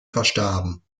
verstarben